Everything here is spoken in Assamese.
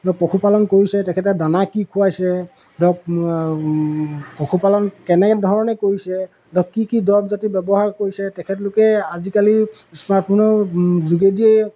ধৰক পশুপালন কৰিছে তেখেতে দানা কি খুৱাইছে ধৰক পশুপালন কেনেধৰণে কৰিছে ধৰক কি কি দৰৱ জাতি ব্যৱহাৰ কৰিছে তেখেতলোকে আজিকালি স্মাৰ্টফোনৰ যোগেদিয়েই